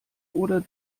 oder